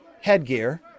headgear